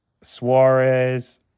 Suarez